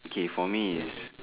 okay for me is